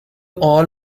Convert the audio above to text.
all